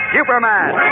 Superman